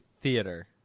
theater